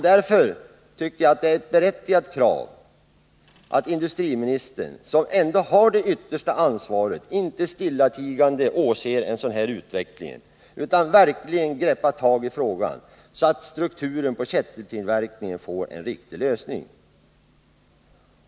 Därför tycker jag att det är ett berättigat krav att industriministern, som ändå har det yttersta ansvaret, inte stillatigande åser en sådan här utveckling utan verkligen greppar tag i detta, så att frågan om strukturen på kättingtillverk Nr 97 ningen får en riktig lösning.